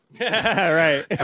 Right